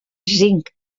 zinc